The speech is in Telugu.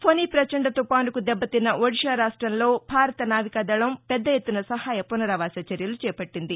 ఫొని పచండ తుపాసుకు దెబ్బతిన్న ఒడిషా రాష్టంలో భారత నావికాదళం పెద్ద ఎత్తున సహాయ పుసరావాస చర్యలు చేట్లింది